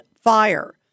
fire